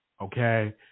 okay